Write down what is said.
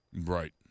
Right